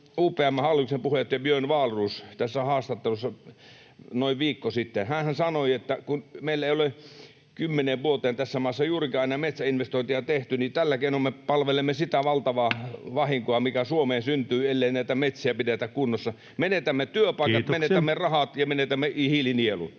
UPM:n hallituksen puheenjohtaja Björn Wahlroos haastattelussa noin viikko sitten: Hänhän sanoi, että kun meillä ei ole kymmeneen vuoteen tässä maassa juurikaan enää metsäinvestointeja tehty, niin tällä keinoin me palvelemme sitä valtavaa vahinkoa, mikä Suomeen syntyy, ellei näitä metsiä pidetä kunnossa. Menetämme työpaikat, [Puhemies huomauttaa ajasta] menetämme rahat ja menetämme hiilinielun.